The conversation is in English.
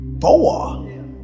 four